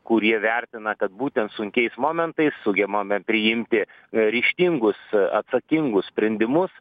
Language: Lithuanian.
kurie vertina kad būtent sunkiais momentais sugebame priimti ryžtingus atsakingus sprendimus